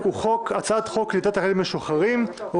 הצעת חוק קליטת חיילים משוחררים (תיקון מס' 23,